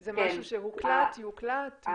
זה משהו שהוקלט, יוקלט?